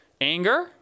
Anger